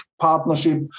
partnership